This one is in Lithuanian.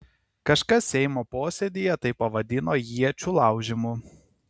kažkas seimo posėdyje tai pavadino iečių laužymu